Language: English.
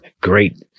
great